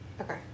Okay